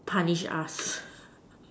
punish us